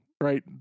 Right